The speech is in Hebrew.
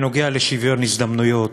לשוויון הזדמנויות.